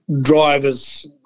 drivers